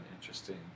interesting